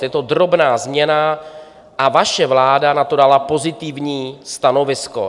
Je to drobná změna a vaše vláda na to dala pozitivní stanovisko.